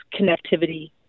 connectivity